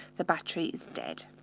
the battery is dead,